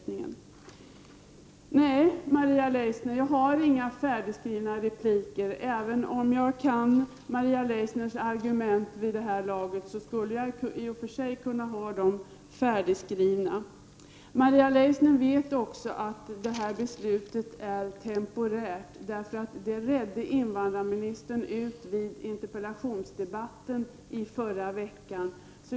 Nej, Maria Leissner, jag har inga färdigskrivna repliker, även om jag vid det här laget kan Maria Leissners argument och därför skulle kunna ha replikerna färdigskrivna. Maria Leissner vet också att det här beslutet är temporärt — det redde invandrarministern ut vid interpellationsdebatten förra veckan.